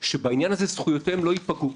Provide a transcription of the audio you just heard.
שבעניין הזה זכויותיהם לא יפגעו.